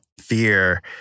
fear